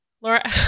Laura